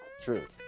Truth